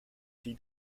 fille